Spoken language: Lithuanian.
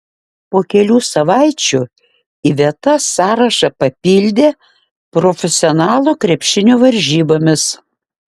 po kelių savaičių iveta sąrašą papildė profesionalų krepšinio varžybomis